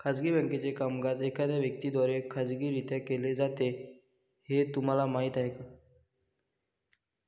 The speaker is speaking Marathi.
खाजगी बँकेचे कामकाज एखाद्या व्यक्ती द्वारे खाजगीरित्या केले जाते हे तुम्हाला माहीत आहे